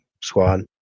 squad